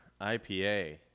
IPA